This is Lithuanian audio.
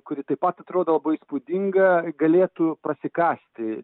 kuri taip pat atrodo labai įspūdinga galėtų prasikasti